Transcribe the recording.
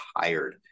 tired